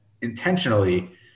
intentionally